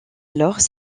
alors